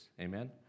amen